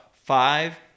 Five